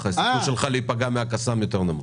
ככה הסיכוי שלך להיפגע מהקסאם יותר נמוך.